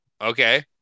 Okay